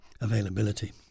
availability